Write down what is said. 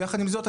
יחד עם זאת,